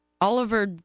Oliver